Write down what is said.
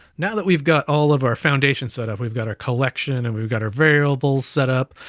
now that we've got all of our foundations set up, we've got our collection, and we've got our variable setup,